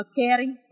caring